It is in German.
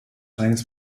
reines